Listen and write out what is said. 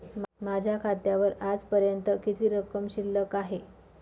माझ्या खात्यावर आजपर्यंत किती रक्कम शिल्लक आहे?